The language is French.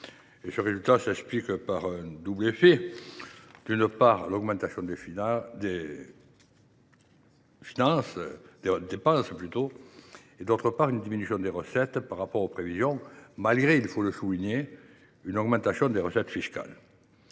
Ce résultat s’explique par un double effet : d’une part, l’augmentation des dépenses ; d’autre part, une diminution des recettes par rapport aux prévisions, malgré, il faut le souligner, un accroissement des recettes fiscales.